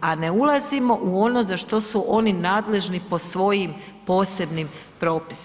a ne ulazimo u ono za što su oni nadležni po svojim posebnim propisima.